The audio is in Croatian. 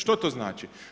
Što to znači?